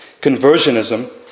conversionism